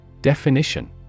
Definition